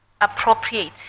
appropriate